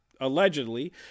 allegedly